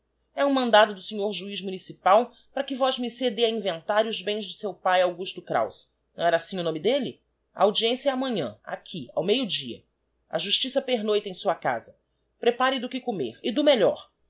e um mandado do senhor juiz municipal para que vosmec de a inventario os bens de seu pae augusto kraus não era assim o nome d elle a audiência é amanhã aqui ao melodia a justiça pernoita em sua casa prepare do que comer e do melhor